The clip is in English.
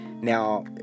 Now